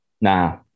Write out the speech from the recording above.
Nah